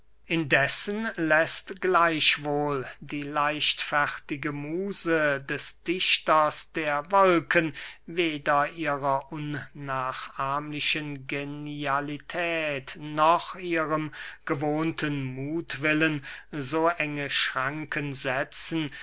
indessen läßt gleichwohl die leichtfertige muse des dichters der wolken weder ihrer unnachahmlichen genialität noch ihrem gewohnten muthwillen so enge schranken setzen